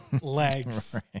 legs